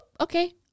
okay